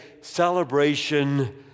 celebration